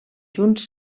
junts